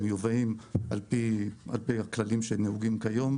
הם מיובאים על פי הכללים שנהוגים כיום.